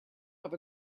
have